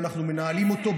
ואנחנו מנהלים אותו,